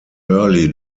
early